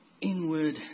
inward